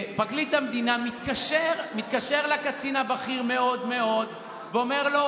ופרקליט המדינה מתקשר לקצין הבכיר מאוד מאוד ואומר לו: